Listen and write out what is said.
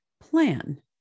plan